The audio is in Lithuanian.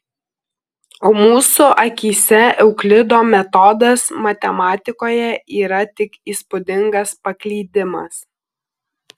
o mūsų akyse euklido metodas matematikoje yra tik įspūdingas paklydimas